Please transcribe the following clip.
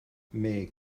mais